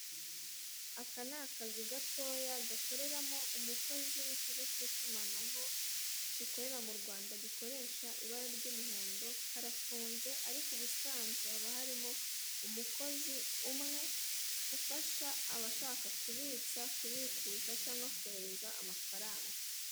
Aka ni akazu gatoya, gakoreramo umukozi w'ikigo cy'itumanaho, gikorera mu Rwanda, gikoresha ibara ry'umuhondo, karafunze, ariko ubusanzwe haba harimo umukozi umwe ufasha abashaka kubitsa, kubikuza, cyangwa kohereza amafaranga.